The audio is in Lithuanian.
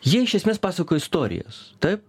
jie iš esmės pasuka istorijas tai